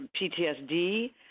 PTSD